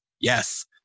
yes